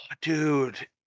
Dude